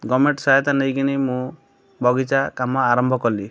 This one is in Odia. ଗଭର୍ଣ୍ଣମେଣ୍ଟ ସହାୟତା ନେଇକିନି ମୁଁ ବଗିଚା କାମ ଆରମ୍ଭ କଲି